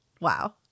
Wow